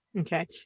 Okay